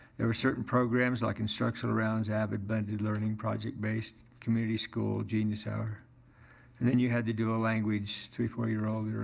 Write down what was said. there were certain programs like instructional rounds, avid but learning, project based, community school, genius hour and then you had to do a language, three, four year old,